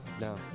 no